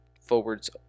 forwards